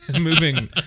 moving